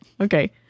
okay